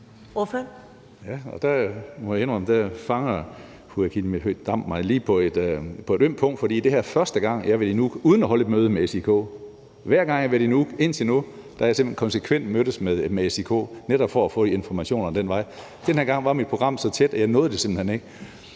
dér fanger mig på et ømt punkt, for det her er første gang, jeg har været i Nuuk, uden at holde et møde med SIK. Hver gang jeg har været i Nuuk indtil nu, har jeg simpelt hen konsekvent mødtes med SIK netop for at få informationer ad den vej. Den her gang var mit program så tæt, at jeg simpelt hen ikke